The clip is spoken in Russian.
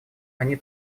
они